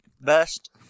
Best